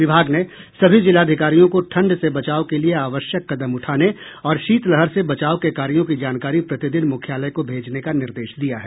विभाग ने सभी जिलाधिकारियों को ठंड से बचाव के लिये आवश्यक कदम उठाने और शीतलहर से बचाव के कार्यों की जानकारी प्रतिदिन मुख्यालय को भेजने का निर्देश दिया है